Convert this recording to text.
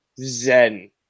zen